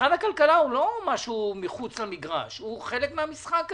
משרד הכלכלה הוא חלק מהמשחק הזה.